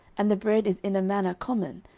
and the bread is in a manner common,